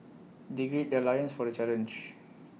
they gird their loins for the challenge